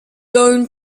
learn